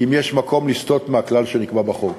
אם יש מקום לסטות מהכלל שנקבע בחוק.